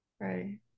Right